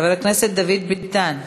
חבר הכנסת דוד ביטן,